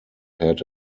had